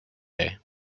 day